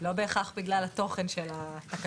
לא בהכרח בגלל התוכן של התקנות.